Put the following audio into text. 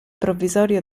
provvisorio